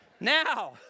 Now